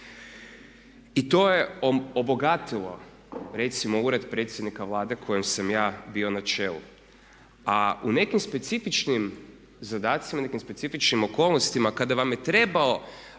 I to je obogatilo recimo ured predsjednika Vlade kojem sam ja bio na čelu a u nekim specifičnim zadacima, nekim specifičnim okolnostima kada vam je trebao